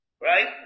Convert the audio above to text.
Right